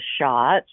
shot